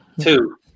Two